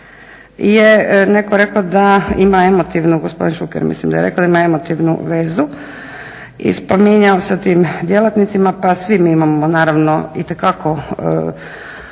je netko rekao da ima emotivno, gospodin Šuker mislim da je rekao, da ima emotivnu vezu i spominjao sa tim djelatnicima. Pa svi mi imamo naravno itekako